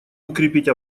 укрепить